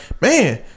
man